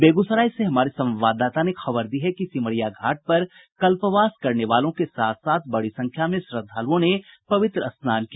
बेगूसराय से हमारे संवाददाता ने खबर दी है कि सिमरिया घाट पर कल्पवास करने वालों के साथ साथ बड़ी संख्या में श्रद्धालुओं ने पवित्र स्नान किया